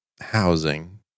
housing